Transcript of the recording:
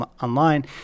online